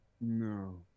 No